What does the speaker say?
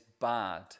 bad